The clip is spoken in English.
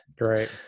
Right